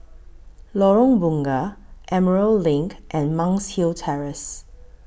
Lorong Bunga Emerald LINK and Monk's Hill Terrace